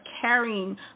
carrying